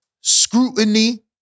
scrutiny